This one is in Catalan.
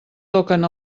toquen